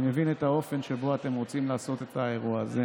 אני מבין את האופן שבו אתם רוצים לעשות את האירוע הזה,